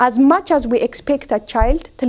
as much as we expect that child to